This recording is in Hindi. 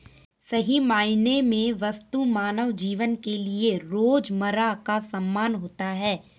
सही मायने में वस्तु मानव जीवन के लिये रोजमर्रा का सामान होता है